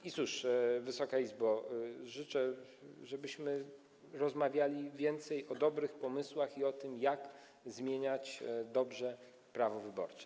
I cóż, Wysoka Izbo, życzę, żebyśmy rozmawiali więcej o dobrych pomysłach i o tym, jak zmieniać dobrze prawo wyborcze.